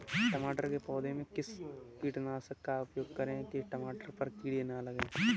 टमाटर के पौधे में किस कीटनाशक का उपयोग करें कि टमाटर पर कीड़े न लगें?